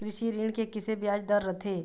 कृषि ऋण के किसे ब्याज दर लगथे?